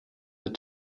had